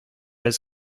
his